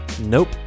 nope